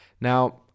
Now